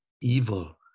evil